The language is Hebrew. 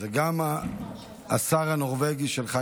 זה גם השר הנורבגי שלך,